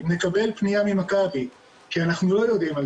נקבל פניה ממכבי כי אנחנו לא יודעים על